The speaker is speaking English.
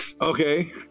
Okay